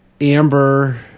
amber